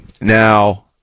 Now